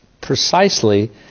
precisely